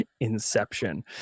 inception